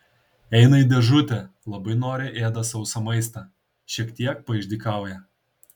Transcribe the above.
eina į dėžutę labai noriai ėda sausą maistą šiek tiek paišdykauja